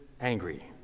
angry